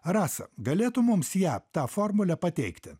rasa galėtum mums ją tą formulę pateikti